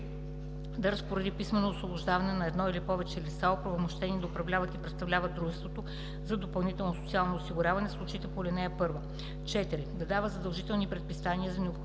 да разпореди писмено освобождаването на едно или повече лица, оправомощени да управляват и представляват дружество за допълнително социално осигуряване, в случаите по ал. 1; 4. да дава задължителни предписания за необходими